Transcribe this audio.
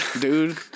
dude